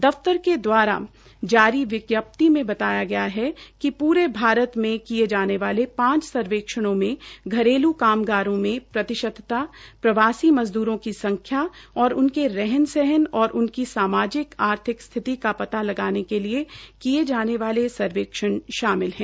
दफ्तर के द्वारा जारी विज्ञप्ति में बताया गया कि पूरे भारत मे किये जाने वाले पांच सर्वेक्षणों में घरेलू कामगारों में प्रतिशतता प्रवासी मज़दरों की संख्या और उनके रहन सहन और उनकी सामाजिक आर्थिक स्थिति का पता लगाने के लिए किये जाने वाले सर्वेक्षण शामिल है